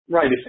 Right